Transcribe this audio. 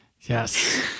Yes